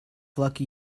lucky